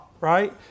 right